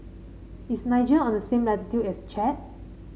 is Niger on the same latitude as Chad